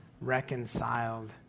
reconciled